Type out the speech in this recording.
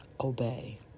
obey